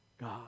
God